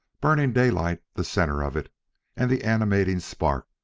burning daylight the centre of it and the animating spark,